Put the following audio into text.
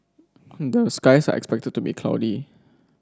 the skies are expected to be cloudy